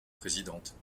présidente